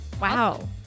Wow